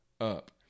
up